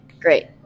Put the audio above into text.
great